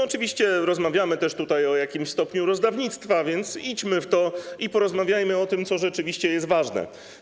Oczywiście rozmawiamy też tutaj o jakimś stopniu rozdawnictwa, więc idźmy w to i porozmawiajmy o tym, co rzeczywiście jest ważne.